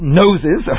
noses